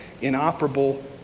inoperable